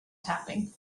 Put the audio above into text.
tapping